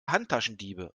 handtaschendiebe